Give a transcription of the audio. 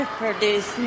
produce